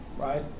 Right